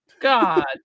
God